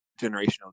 generational